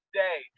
day